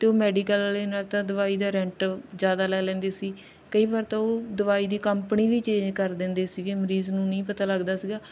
ਅਤੇ ਉਹ ਮੈਡੀਕਲ ਵਾਲਿਆਂ ਨਾਲ ਤਾਂ ਦਵਾਈ ਦਾ ਰੈਂਟ ਜ਼ਿਆਦਾ ਲੈ ਲੈਂਦੀ ਸੀ ਕਈ ਵਾਰ ਤਾਂ ਉਹ ਦਵਾਈ ਦੀ ਕੰਪਨੀ ਵੀ ਚੇਂਜ ਕਰ ਦਿੰਦੇ ਸੀਗੇ ਮਰੀਜ਼ ਨੂੰ ਨਹੀਂ ਪਤਾ ਲੱਗਦਾ ਸੀਗਾ